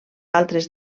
altres